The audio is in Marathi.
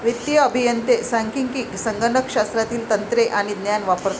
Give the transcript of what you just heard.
वित्तीय अभियंते सांख्यिकी, संगणक शास्त्रातील तंत्रे आणि ज्ञान वापरतात